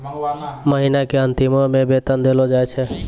महिना के अंतिमो मे वेतन देलो जाय छै